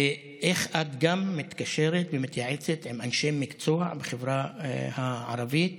ואיך את גם מתקשרת ומתייעצת עם אנשי מקצוע בחברה הערבית